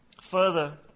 further